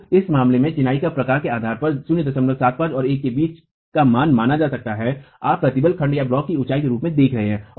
तो इस मामले में चिनाई के प्रकार के आधार पर 075 और 1 के बीच का मान माना जा सकता है आप प्रतिबल खंडब्लॉक की ऊंचाई के रूप में देख रहे हैं